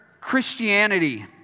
Christianity